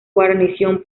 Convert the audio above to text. guarnición